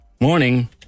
Morning